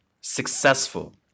successful